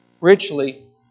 richly